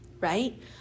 right